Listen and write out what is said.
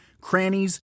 crannies